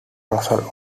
russell